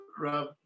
Rob